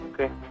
Okay